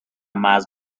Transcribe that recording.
más